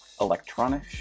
electronic